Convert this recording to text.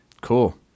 Cool